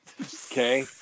Okay